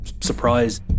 surprise